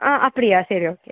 ஆ அப்படியா சரி ஓகே